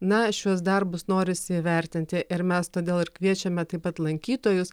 na šiuos darbus norisi įvertinti ir mes todėl ir kviečiame taip pat lankytojus